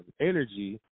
energy